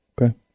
Okay